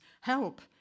help